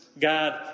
God